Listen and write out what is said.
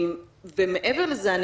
מעבר לזה,